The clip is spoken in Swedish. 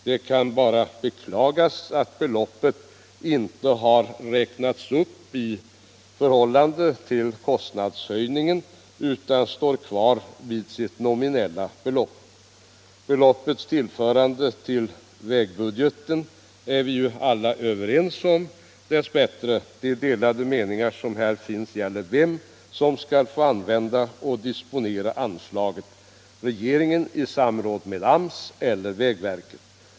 Man kan bara beklaga att beloppet inte har räknats upp i förhållande till kostnadshöjningen utan står kvar vid den nominella nivån. Beloppets tillförande till vägbudgeten är dess bättre alla överens om. De delade meningar som här finns gäller vem som skall få disponera anslaget, regeringen i samråd med AMS, eller vägverket.